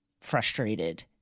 frustrated